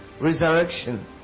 resurrection